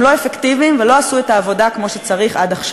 לא חושבת שיש משהו בעולם שיצדיק את זה.